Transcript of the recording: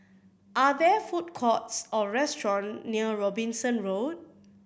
are there food courts or restaurants near Robinson Road